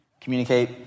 communicate